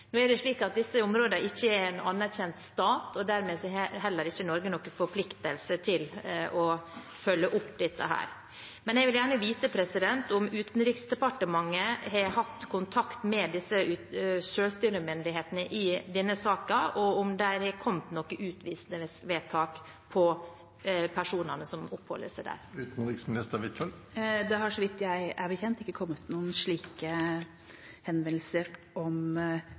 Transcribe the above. er ikke en anerkjent stat, og dermed har heller ikke Norge noen forpliktelse til å følge opp dette. Men jeg vil gjerne vite om Utenriksdepartementet har hatt kontakt med disse selvstyremyndighetene i denne saken, og om det har kommet noe utvisningsvedtak for personene som oppholder seg der. Det har, meg bekjent, ikke kommet noen slike henvendelser om utvisning. Dersom representanten Listhaug opplever meg som unnvikende og uklar, vil nok det gjelde i alle enkeltsaker. Representanten Listhaug har vært statsråd selv, og det handler om